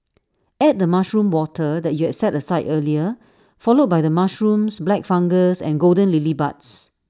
add the mushroom water that you had set aside earlier followed by the mushrooms black fungus and golden lily buds